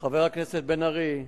חבר הכנסת בן-ארי,